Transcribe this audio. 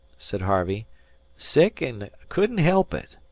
said harvey sick, and couldn't help it.